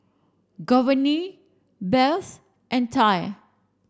Giovanny Beth and Ty